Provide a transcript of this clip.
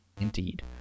Indeed